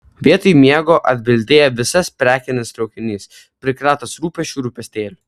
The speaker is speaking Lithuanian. vietoj miego atbildėjo visas prekinis traukinys prikrautas rūpesčių rūpestėlių